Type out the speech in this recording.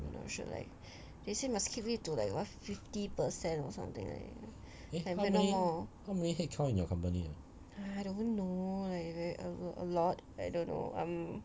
not sure leh they say must keep it to like what fifty percent or something like no more I don't know leh a lot I don't know um